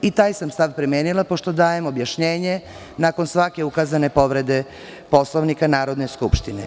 I taj sam stav primenila, pošto dajem objašnjenje nakon svake ukazane povrede Poslovnika Narodne skupštine.